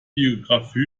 biografie